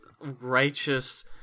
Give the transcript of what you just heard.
righteous